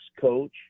coach